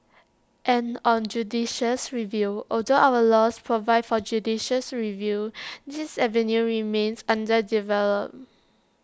and on judicial review although our laws provide for judicial review this avenue remains underdeveloped